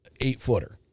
eight-footer